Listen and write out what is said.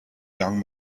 young